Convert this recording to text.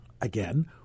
again